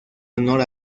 honor